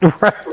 right